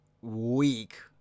week